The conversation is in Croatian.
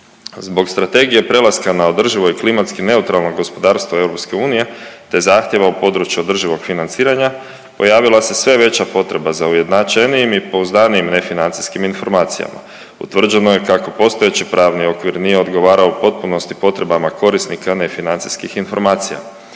Zbog strategije prelaska na održivo i klimatski neutralno gospodarstvo EU, te zahtjeva u području održivog financiranja pojavila se sve veća potreba za ujednačenijim i pouzdanijim nefinancijskim informacijama. Utvrđeno je kako postojeći pravni okvir nije odgovarao u potpunosti potrebama korisnika nefinancijskih informacija.